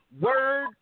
word